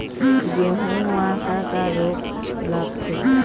गेहूं म का का रोग लगथे?